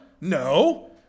No